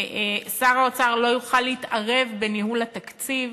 שר האוצר לא יוכל להתערב בניהול התקציב.